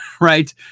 right